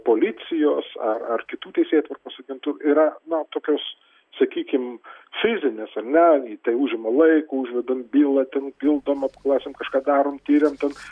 policijos ar ar kitų teisėtvarkos agentų yra na tokios sakykim fizinės ar ne tai užima laiko užvedam bylą ten pildom apklausiam kažką darom tiriam ten